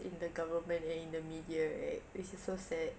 in the government and in the media right which is so sad